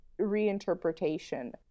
reinterpretation